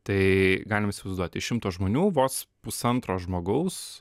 tai galima įsivaizduoti iš šimto žmonių vos pusantro žmogaus